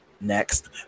Next